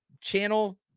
channel